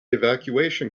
evacuation